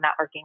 networking